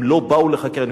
הם לא באו לחקירה.